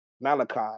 Malachi